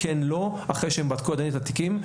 כן/לא אחרי שהם בדקו את התיקים.